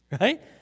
Right